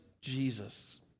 Jesus